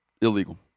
illegal